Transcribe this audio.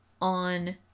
on